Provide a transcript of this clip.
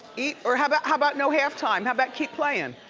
or how but how about, no halftime? how about keep playing?